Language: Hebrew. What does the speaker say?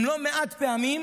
הם לא מעט פעמים